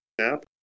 app